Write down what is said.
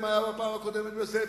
ומה היה בפעם הקודמת בזה,